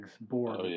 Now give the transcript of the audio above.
board